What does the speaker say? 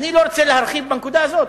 אני לא רוצה להרחיב בנקודה הזו,